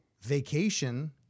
vacation